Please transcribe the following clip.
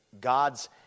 God's